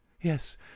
Yes